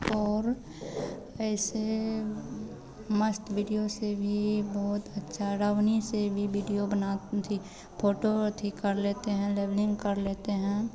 और ऐसे मस्त विडियो से भी बहुत सारा उन्हीं से वी बिडियो बना अथि फोटो और अथि कर लेते हैं लेवलिंग कर लेते हैं